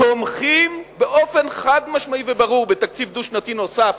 תומכים באופן חד-משמעי וברור בתקציב דו-שנתי נוסף